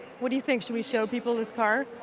what do you think? should we show people this car?